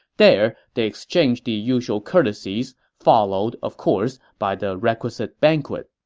there, they exchanged the usual courtesies, followed, of course, by the requisite banquet